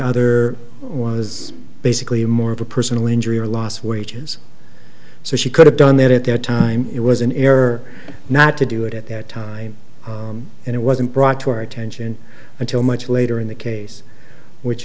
one was basically more of a personal injury or loss of wages so she could have done that at that time it was an error not to do it at that time and it wasn't brought to our attention until much later in the case which